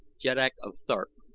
jeddak of thark.